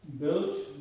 built